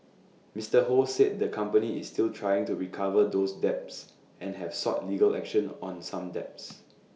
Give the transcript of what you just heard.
Mister ho said the company is still trying to recover those debts and have sought legal action on some debts